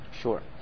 Sure